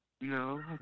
no